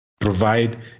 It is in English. provide